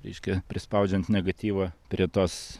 reiškia prispaudžiant negatyvą prie tos